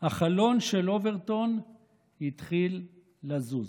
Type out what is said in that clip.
החלון של אוברטון התחיל לזוז.